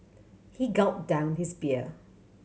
he gulped down his beer